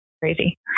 Crazy